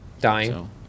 Dying